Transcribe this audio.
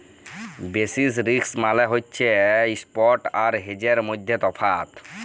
basis risk মালে হছে ইস্প্ট আর হেজের মইধ্যে তফাৎ